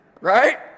right